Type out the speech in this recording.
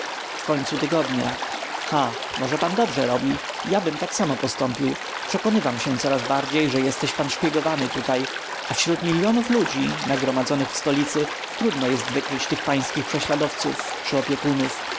w końcu tygodnia ha może pan dobrze robi jabym tak samo postąpił przekonywam się coraz bardziej że jesteś pan szpiegowany tutaj a wśród milionów ludzi nagromadzonych w stolicy trudno jest wykryć tych pańskich prześladowców czy opiekunów